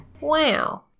Wow